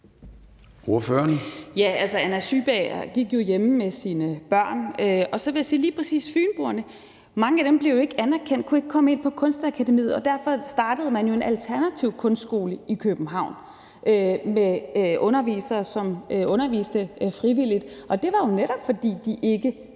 om lige præcis Fynboerne, at mange af dem ikke blev anerkendt og ikke kunne komme ind på Kunstakademiet. Derfor startede man jo en alternativ kunstskole i København med undervisere, som underviste frivilligt. Det var netop, fordi de